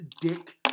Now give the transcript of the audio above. dick